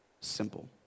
simple